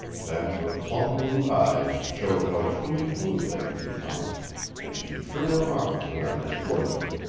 then her plum-blue eyes showed how truly blue they could become and she threw her arms around his gorget.